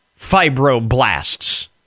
fibroblasts